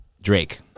Drake